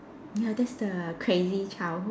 ya that's the crazy childhood